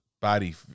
body